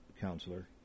Counselor